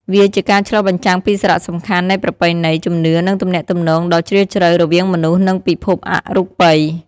វាជាការឆ្លុះបញ្ចាំងពីសារៈសំខាន់នៃប្រពៃណី ជំនឿ និងទំនាក់ទំនងដ៏ជ្រាលជ្រៅរវាងមនុស្ស និងពិភពអរូបិយ។